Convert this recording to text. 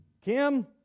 Kim